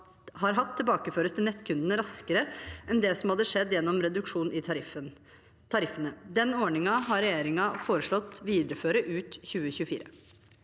har hatt, tilbakeføres til nettkundene raskere enn det som hadde skjedd gjennom reduksjon i tariffene. Den ordningen har regjeringen foreslått å videreføre ut 2024.